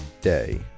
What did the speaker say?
Day